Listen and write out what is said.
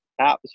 apps